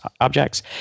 objects